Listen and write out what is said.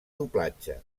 doblatge